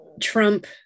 Trump